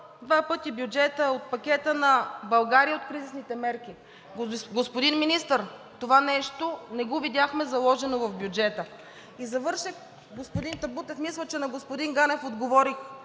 два пъти бюджета от пакета на България от кризисните мерки. Господин Министър, това нещо не го видяхме заложено в бюджета. Господин Табутов, мисля, че на господин Ганев отговорих